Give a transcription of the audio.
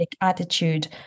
attitude